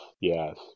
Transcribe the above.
yes